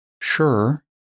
Sure